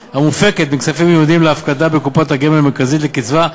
מכספים המיועדים להפקדה בקופת גמל מרכזית לקצבה,